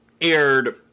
aired